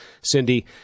Cindy